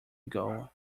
ago